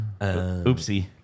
Oopsie